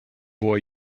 boy